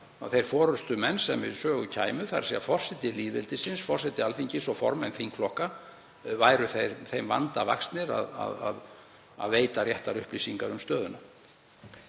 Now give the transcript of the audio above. þeir forystumenn sem við sögu kæmu, þ.e. forseti lýðveldisins, forseti Alþingis og formenn þingflokka, væru þeim vanda vaxnir að veita réttar upplýsingar um stöðuna.